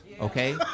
okay